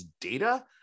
data